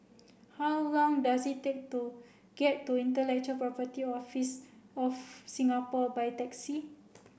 how long does it take to get to Intellectual Property Office of Singapore by taxi